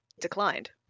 declined